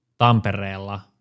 Tampereella